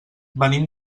venim